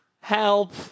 Help